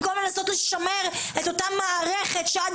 במקום לנסות לשמר את אותה מערכת שעד